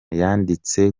yanditse